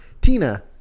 Tina